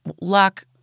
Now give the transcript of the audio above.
luck